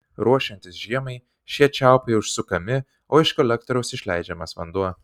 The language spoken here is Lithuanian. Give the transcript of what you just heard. ruošiantis žiemai šie čiaupai užsukami o iš kolektoriaus išleidžiamas vanduo